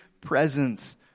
presence